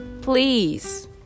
Please